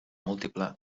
múltiple